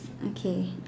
okay